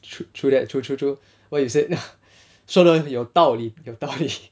true true that true true true what you said 说得有道理有道理